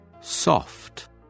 soft